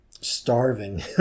starving